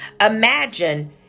Imagine